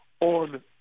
on